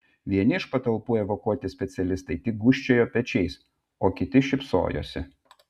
vieni iš patalpų evakuoti specialistai tik gūžčiojo pečiais o kiti šypsojosi